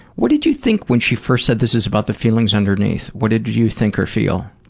what did you think when she first said this is about the feelings underneath? what did you think or feel?